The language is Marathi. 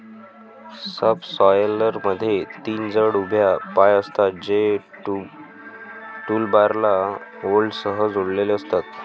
सबसॉयलरमध्ये तीन जड उभ्या पाय असतात, जे टूलबारला बोल्टसह जोडलेले असतात